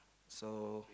so